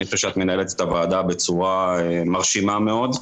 אני חושב שאת מנהלת את הוועדה בצורה מרשימה מאוד,